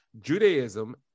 judaism